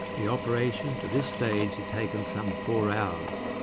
the operation to this stage had taken some four hours,